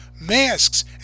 masks